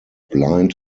blind